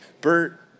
Bert